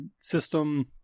system